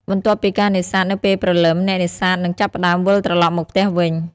បន្ទាប់ពីការនេសាទនៅពេលព្រលឹម អ្នកនេសាទនឹងចាប់ផ្ដើមវិលត្រឡប់មកផ្ទះវិញ។